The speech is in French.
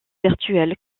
virtuel